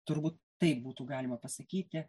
turbūt taip būtų galima pasakyti